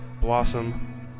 Blossom